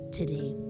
today